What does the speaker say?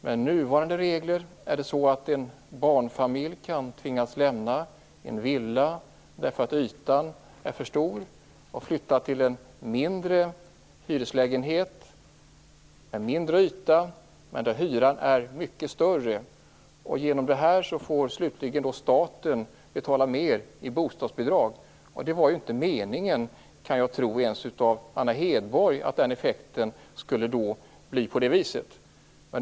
Med nuvarande regler kan en barnfamilj tvingas lämna en villa för att ytan är för stor och i stället flytta till en hyreslägenhet med mindre yta, men där hyran är mycket högre. Därigenom får till slut staten betala mer i bostadsbidrag. Det var ju inte meningen, kan jag tro, ens av Anna Hedborg att det skulle bli en sådan effekt.